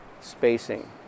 spacing